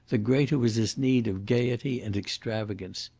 the greater was his need of gaiety and extravagance.